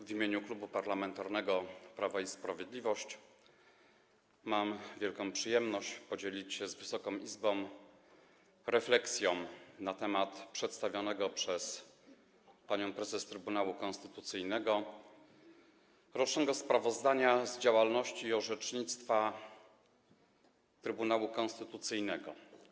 W imieniu Klubu Parlamentarnego Prawo i Sprawiedliwość mam wielką przyjemność podzielić się z Wysoką Izbą refleksją na temat przedstawionego przez panią prezes Trybunału Konstytucyjnego rocznego sprawozdania z działalności i orzecznictwa Trybunału Konstytucyjnego.